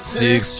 six